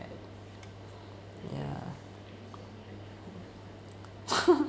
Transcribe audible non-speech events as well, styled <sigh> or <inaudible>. ya <laughs>